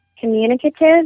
communicative